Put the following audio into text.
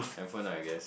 hand phone I guess